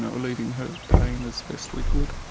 relieving her pain as best we could